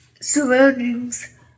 surroundings